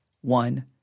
one